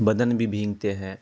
بدن بھی بھیگتے ہیں